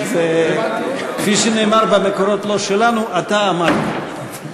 כפי שנאמר במקורות שלא שלנו: אתה אמרת.